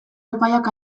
epaiak